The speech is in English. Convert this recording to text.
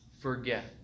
forget